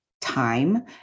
time